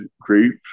great